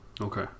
Okay